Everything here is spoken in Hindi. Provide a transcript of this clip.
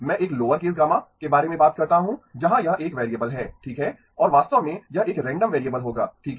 मैं एक लोअर केस गामा γ के बारे में बात करता हूं जहां यह एक वेरिएबल है ठीक है और वास्तव में यह एक रैंडम वेरिएबल होगा ठीक है